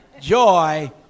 joy